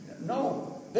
No